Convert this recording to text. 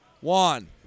Juan